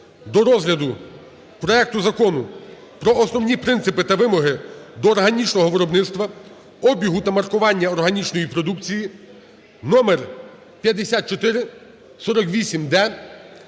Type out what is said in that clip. до розгляду проекту Закону про основні принципи та вимоги до органічного виробництва, обігу та маркування органічної продукції (№5448-д)